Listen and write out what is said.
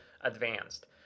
advanced